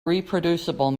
reproducible